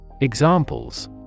Examples